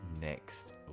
next